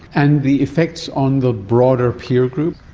and the effects on the broader peer group?